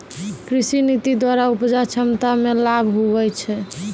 कृषि नीति द्वरा उपजा क्षमता मे लाभ हुवै छै